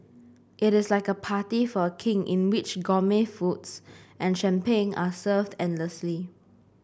it is like a party for a King in which gourmet foods and champagne are served endlessly